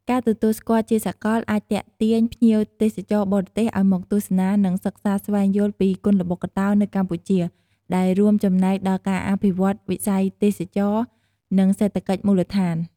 ការទទួលស្គាល់ជាសាកលអាចទាក់ទាញភ្ញៀវទេសចរបរទេសឱ្យមកទស្សនា និងសិក្សាស្វែងយល់ពីគុនល្បុក្កតោនៅកម្ពុជា ដែលរួមចំណែកដល់ការអភិវឌ្ឍន៍វិស័យទេសចរណ៍ និងសេដ្ឋកិច្ចមូលដ្ឋាន។